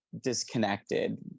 disconnected